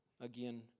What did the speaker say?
again